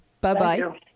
Bye-bye